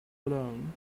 alone